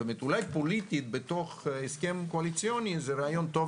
אולי פוליטית בתוך הסכם קואליציוני זה רעיון טוב,